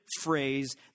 phrase